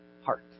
heart